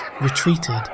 retreated